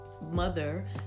mother